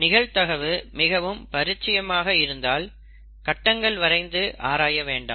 நிகழ்தகவு மிகவும் பரிச்சயமாக இருந்தால் கட்டங்கள் வரைந்து ஆராய வேண்டாம்